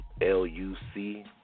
L-U-C